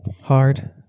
hard